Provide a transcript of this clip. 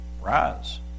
Rise